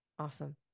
Awesome